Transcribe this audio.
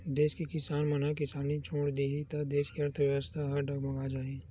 देस के किसान मन किसानी छोड़ देही त देस के अर्थबेवस्था ह डगमगा जाही